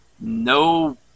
No